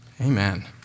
Amen